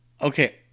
okay